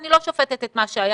אני לא שופטת את מה שהיה,